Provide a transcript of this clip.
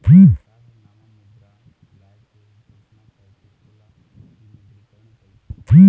सरकार ह नवा मुद्रा लाए के घोसना करथे ओला विमुद्रीकरन कहिथें